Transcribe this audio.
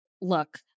Look